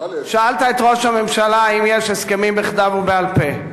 שאלת את ראש הממשלה אם יש הסכמים בכתב ובעל-פה.